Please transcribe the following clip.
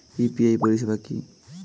UPI পরিষেবা কি?